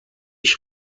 پیش